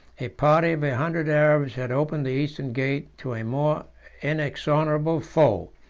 a party of a hundred arabs had opened the eastern gate to a more inexorable foe.